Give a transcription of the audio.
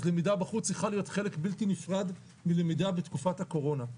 אז למידה בחוץ צריכה להיות חלק בלתי נפרד מלמידה בתקופת הקורונה.